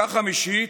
עסקה חמישית,